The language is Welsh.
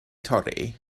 torri